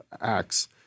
Acts